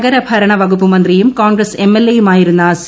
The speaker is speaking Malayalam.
നഗരഭരണവകൂപ്പ് മന്ത്രിയും കോൺഗ്രസ് എംഎൽഎ യുമായിരുന്ന സി